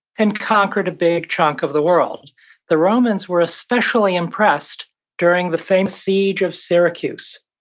and conquered a big chunk of the world the romans were especially impressed during the famous siege of syracuse.